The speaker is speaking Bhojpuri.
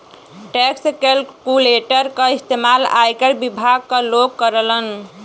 टैक्स कैलकुलेटर क इस्तेमाल आयकर विभाग क लोग करलन